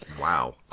Wow